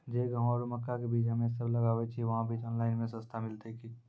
जे गेहूँ आरु मक्का के बीज हमे सब लगावे छिये वहा बीज ऑनलाइन मे सस्ता मिलते की?